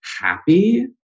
happy